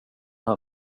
här